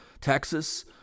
Texas